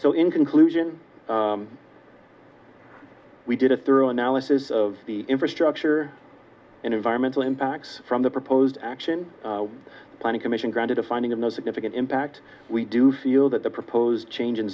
so in conclusion we did a thorough analysis of the infrastructure and environmental impacts from the proposed action planning commission granted a finding of no significant impact we do feel that the proposed chang